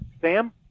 Sam